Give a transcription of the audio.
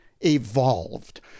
evolved